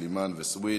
סלימאן וסויד.